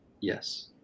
yes